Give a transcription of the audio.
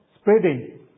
spreading